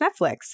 Netflix